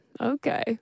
okay